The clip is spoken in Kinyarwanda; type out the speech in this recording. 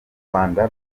rwanda